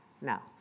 Now